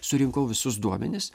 surinkau visus duomenis